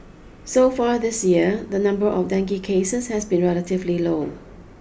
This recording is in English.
so far this year the number of dengue cases has been relatively low